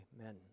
Amen